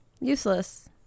useless